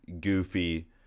goofy